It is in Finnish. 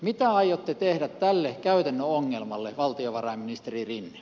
mitä aiotte tehdä tälle käytännön ongelmalle valtiovarainministeri rinne